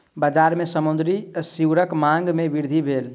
बजार में समुद्री सीवरक मांग में वृद्धि भेल